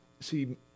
see